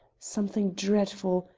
something dreadful,